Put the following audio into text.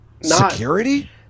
Security